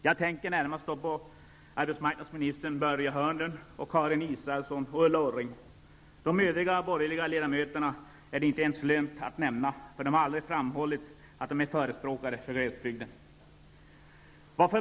Jag tänker närmast på arbetsmarknadsministern Börje Hörnlund, Karin Israelsson och Ulla Orring. De övriga borgerliga ledamöterna är det inte ens lönt att nämna, för de har aldrig framhållit att de är förespråkare för glesbygden.